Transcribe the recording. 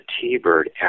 T-Bird